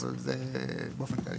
אבל זה באופן כללי.